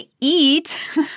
eat